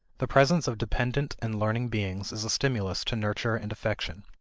the presence of dependent and learning beings is a stimulus to nurture and affection.